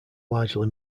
largely